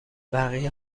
بقیه